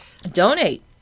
Donate